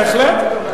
בהחלט.